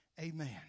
Amen